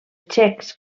txecs